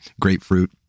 grapefruit